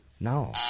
No